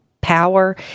power